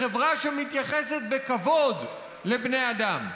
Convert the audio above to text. בחברה שמתייחסת בכבוד לבני אדם.